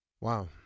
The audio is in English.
Wow